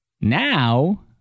Now